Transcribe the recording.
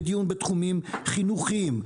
בדיון בתחומים חינוכיים,